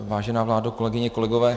Vážená vládo, kolegyně, kolegové.